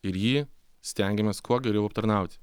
ir jį stengiamės kuo geriau aptarnauti